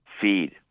feed